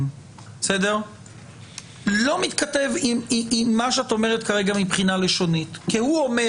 לא מתכתב עם מה שאת אומרת כרגע מבחינה לשונית כי הוא אומר